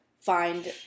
find